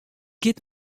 giet